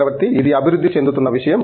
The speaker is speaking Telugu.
చక్రవర్తి ఇది అభివృద్ధి చెందుతున్న విషయం